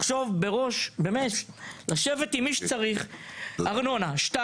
צריך לשבת עם מי שצריך ולחשוב.